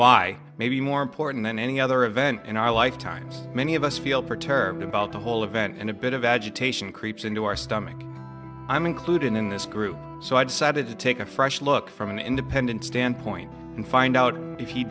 why may be more important than any other event in our lifetimes many of us feel perturbed about the whole event and a bit of agitation creeps into our stomach i'm included in this group so i decided to take a fresh look from an independent standpoint and find out if